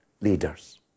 leaders